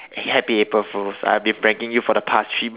happy April fools I've been parking you for the past three